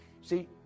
see